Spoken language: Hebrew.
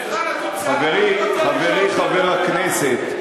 מבחן התוצאה, חברי חבר הכנסת,